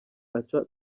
aca